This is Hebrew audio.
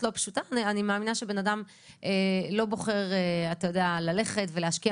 לא פשוטה אני מאמינה שבן-אדם לא בוחר ללכת ולהשקיע